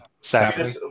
Saffron